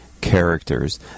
characters